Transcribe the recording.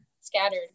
scattered